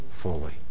fully